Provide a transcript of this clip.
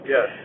Yes